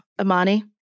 Imani